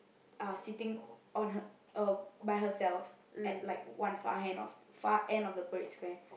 ah sitting on her uh by herself at like one far end of far end of the Parade Square